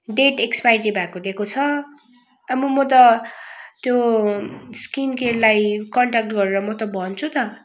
date expiry भएको दिएको छ अब म त त्यो स्किन केयरलाई कन्टेक्ट गरेर म त भन्छु त